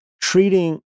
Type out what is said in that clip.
treating